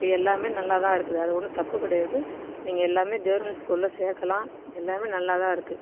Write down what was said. இப்போ எல்லாமே நல்லா தான் இருக்குது அது ஒன்றும் தப்பு கிடையாது நீங்கள் எல்லாமே கெவர்மெண்ட் ஸ்கூலில் சேர்க்கலாம் எல்லாமே நல்லா தான் இருக்குது